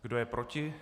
Kdo je proti?